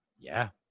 yeah.